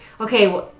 okay